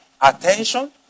attention